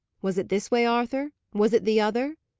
was it this way, arthur? was it the other?